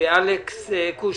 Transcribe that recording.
ואלכס קושניר.